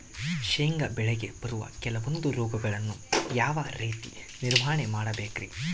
ಶೇಂಗಾ ಬೆಳೆಗೆ ಬರುವ ಕೆಲವೊಂದು ರೋಗಗಳನ್ನು ಯಾವ ರೇತಿ ನಿರ್ವಹಣೆ ಮಾಡಬೇಕ್ರಿ?